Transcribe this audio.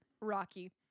Rocky